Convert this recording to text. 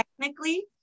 technically